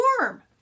warm